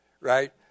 right